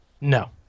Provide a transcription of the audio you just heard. No